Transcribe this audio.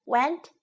Went